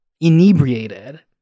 inebriated